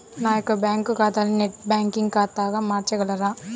నా యొక్క బ్యాంకు ఖాతాని నెట్ బ్యాంకింగ్ ఖాతాగా మార్చగలరా?